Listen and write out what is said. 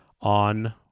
on